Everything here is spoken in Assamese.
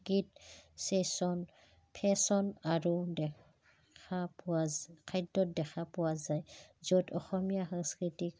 গীত চেশ্যন ফেশ্বন আৰু দেখা পোৱা খাদ্যত দেখা পোৱা যায় য'ত অসমীয়া সাংস্কৃতিক